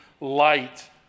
light